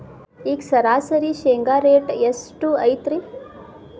ಈಗ ಸರಾಸರಿ ಶೇಂಗಾ ರೇಟ್ ಎಷ್ಟು ಐತ್ರಿ?